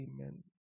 amen